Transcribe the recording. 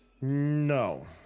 no